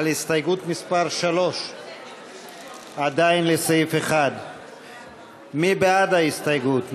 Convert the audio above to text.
על הסתייגות 3. עדיין לסעיף 1. מי בעד ההסתייגות?